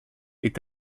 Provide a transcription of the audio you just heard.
est